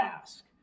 ask